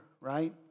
right